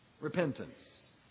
repentance